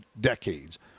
decades